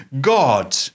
God